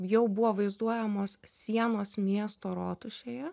jau buvo vaizduojamos sienos miesto rotušėje